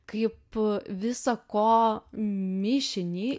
kai po visa ko mišinį